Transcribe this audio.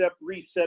reset